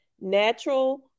natural